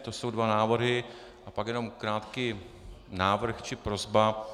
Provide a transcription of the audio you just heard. To jsou dva návrhy, a pak jenom krátký návrh či prosba.